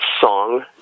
song